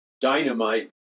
dynamite